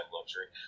luxury